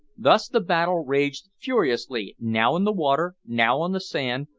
thus the battle raged furiously, now in the water, now on the sand,